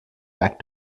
back